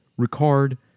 Ricard